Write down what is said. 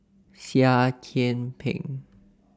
Seah Kian Peng